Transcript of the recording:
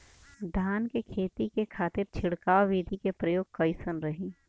धान के खेती के खातीर छिड़काव विधी के प्रयोग कइसन रही?